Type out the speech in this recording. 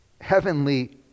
heavenly